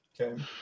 Okay